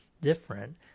different